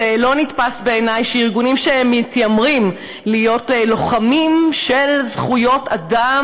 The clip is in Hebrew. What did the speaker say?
זה לא נתפס בעיני שארגונים שמתיימרים להיות לוחמים לזכויות אדם